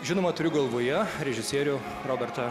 žinoma turiu galvoje režisierių robertą